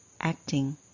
acting